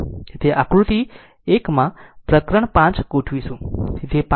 તેથી આકૃતિ 1માં પ્રકરણ 5 ગોઠવીશું તેથી 5